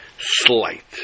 Slight